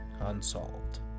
Unsolved